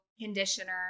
conditioner